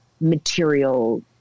material